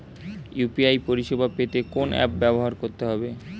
UPI পরিসেবা পেতে কোন অ্যাপ ব্যবহার করতে হবে?